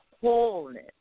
wholeness